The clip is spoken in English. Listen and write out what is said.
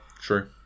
True